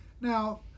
Now